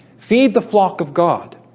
feed the flock of god,